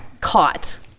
caught